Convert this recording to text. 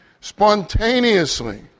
spontaneously